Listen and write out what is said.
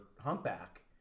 humpback